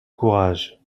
courage